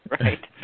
Right